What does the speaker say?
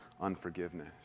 unforgiveness